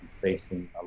facing